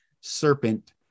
serpent